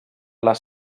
les